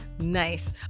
Nice